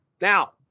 Now